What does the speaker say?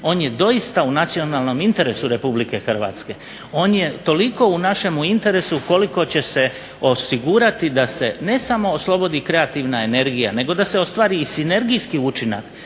On je doista u nacionalnom interesu RH, on je toliko u našemu interesu koliko će se osigurati ne samo da se oslobodi kreativna energija nego da se ostvari i sinergijski učinak